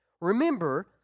remember